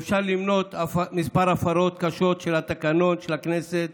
אפשר למנות כמה הפרות קשות של תקנון הכנסת,